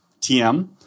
TM